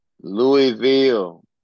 Louisville